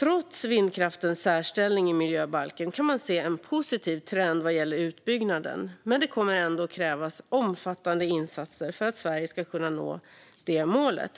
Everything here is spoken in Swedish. Trots vindkraftens särställning i miljöbalken kan man se en positiv trend vad gäller utbyggnaden, men det kommer ändå att krävas omfattande insatser för att Sverige ska kunna nå målet.